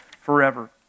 forever